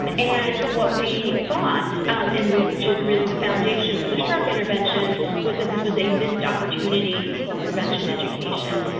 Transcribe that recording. um and what we thought and which is really the foundation for the sharp intervention was that this was a missed opportunity for prevention education.